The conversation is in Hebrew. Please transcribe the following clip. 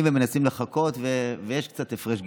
בעזרת השם,